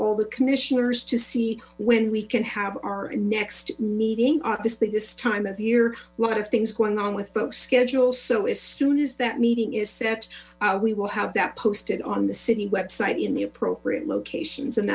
all the commissioners to see when we can have our next meeting obviously this time of year a lot of things going on with folks schedule so as soon as that meeting is set we will have that posted on the city website in the appropriate